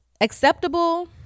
acceptable